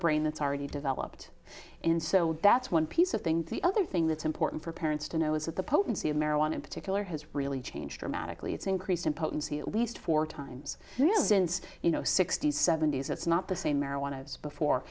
that's already developed and so that's one piece of thing the other thing that's important for parents to know is that the potency of marijuana in particular has really changed dramatically it's increased in potency at least four times in a since you know sixty's seventy's it's not the same marijuana before